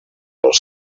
els